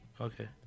Okay